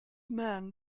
man